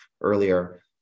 earlier